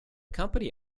company